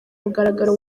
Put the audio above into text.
mugaragaro